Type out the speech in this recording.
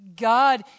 God